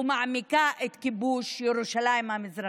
ומעמיקה את כיבוש ירושלים המזרחית.